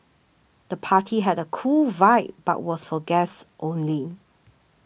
the party had a cool vibe but was for guests only